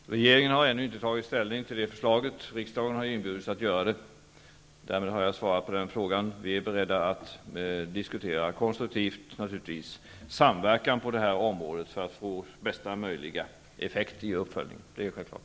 Fru talman! Regeringen har ännu inte tagit ställning till det förslaget. Riksdagen har inbjudits till att göra det. Därmed har jag svarat på den frågan. Vi är naturligtvis beredda att konstruktivt diskutera samverkan på det här området för att få bästa möjliga effekt i uppföljningen. Det är självklart.